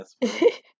yes